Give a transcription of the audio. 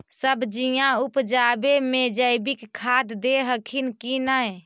सब्जिया उपजाबे मे जैवीक खाद दे हखिन की नैय?